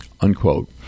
unquote